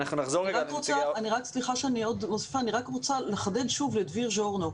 אני רוצה לחדד שוב לדביר ז'ורנו.